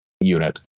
unit